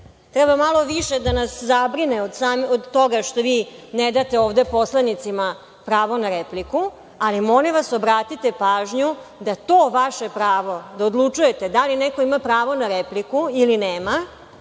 treba malo više da nas zabrine od toga što vi ne date ovde poslanicima pravo na repliku, ali molim vas obratite pažnju da to vaše prvo, da odlučujete da li neko ima pravo na repliku ili nema